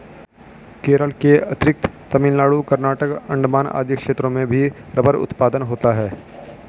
केरल के अतिरिक्त तमिलनाडु, कर्नाटक, अण्डमान आदि क्षेत्रों में भी रबर उत्पादन होता है